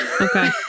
okay